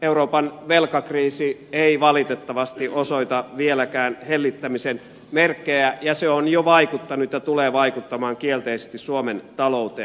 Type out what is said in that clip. euroopan velkakriisi ei valitettavasti osoita vieläkään hellittämisen merkkejä ja se on jo vaikuttanut ja tulee vaikuttamaan kielteisesti suomen talouteen